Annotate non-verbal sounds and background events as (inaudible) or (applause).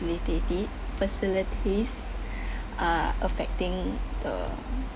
~litaty facilities (breath) are affecting the